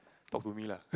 talk to me lah